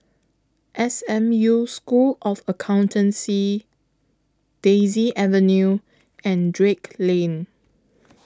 S M U School of Accountancy Daisy Avenue and Drake Lane